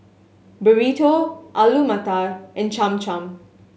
Burrito Alu Matar and Cham Cham